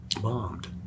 bombed